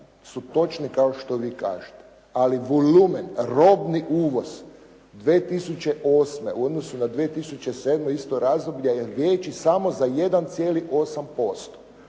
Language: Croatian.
su točni kao što vi kažete, ali volumen, robni uvoz 2008. u odnosu na 2007. isto razdoblje je veći samo za 1,8%.